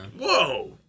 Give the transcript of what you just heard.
Whoa